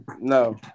No